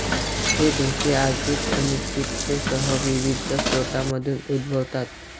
हे धोके आर्थिक अनिश्चिततेसह विविध स्रोतांमधून उद्भवतात